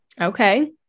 okay